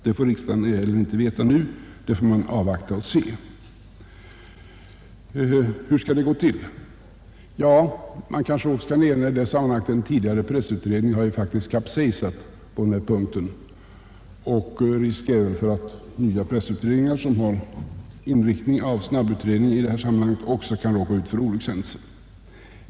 Det får riksdagen inte heller veta, utan vi får avvakta och se. Hur skall det hela gå till? Jag kanske i detta sammanhang kan erinra om att en tidigare pressutredning faktiskt har kapsejsat på denna punkt. Det finns väl risk för att nya pressutredningar som får karaktären av snabbutredning i detta avseende också kan råka ut för olyckshändelser.